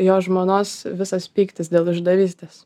jo žmonos visas pyktis dėl išdavystės